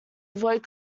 avoid